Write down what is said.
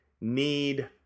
need